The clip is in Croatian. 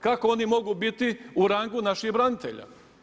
Kako oni mogu biti u ragu naših branitelja?